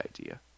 idea